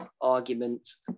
arguments